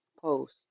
post